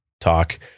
talk